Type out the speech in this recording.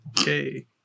okay